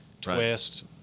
twist